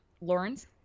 lawrence